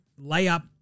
layup